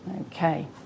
Okay